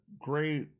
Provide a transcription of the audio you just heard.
great